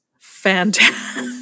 fantastic